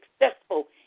successful